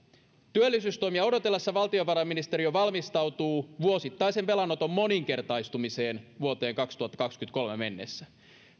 työllisyystoimia odotellessa valtiovarainministeriö valmistautuu vuosittaisen velanoton moninkertaistumiseen vuoteen kaksituhattakaksikymmentäkolme mennessä